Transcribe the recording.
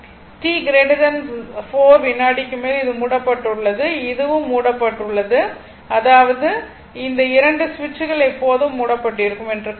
t 4 வினாடிக்கு மேல் இது மூடப்பட்டுள்ளது இதுவும் மூடப்பட்டுள்ளது அதாவது இந்த 2 சுவிட்சுகள் எப்போதும் மூடப்பட்டிருக்கும் என்று கருதுவோம்